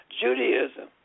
Judaism